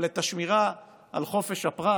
אבל את השמירה על חופש הפרט